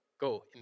Go